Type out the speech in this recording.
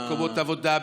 במקומות עבודה,